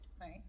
Right